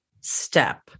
step